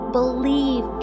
believe